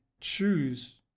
choose